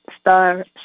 star